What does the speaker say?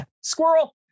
squirrel